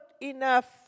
enough